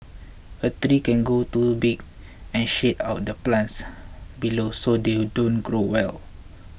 a three can grow too big and shade out the plants below so they don't grow well